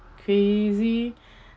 crazy